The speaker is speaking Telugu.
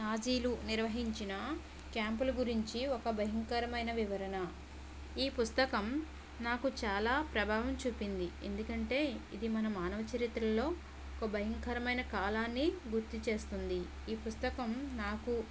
నాజీలు నిర్వహించిన క్యాంపులు గురించి ఒక భయంకరమైన వివరణ ఈ పుస్తకం నాకు చాలా ప్రభావం చూపింది ఎందుకంటే ఇది మన మానవ చరిత్రలో ఒక భయంకరమైన కాలాన్ని గుర్తుచేస్తుంది ఈ పుస్తకం నాకు